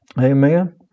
Amen